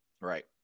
Right